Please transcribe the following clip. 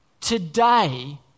Today